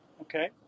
okay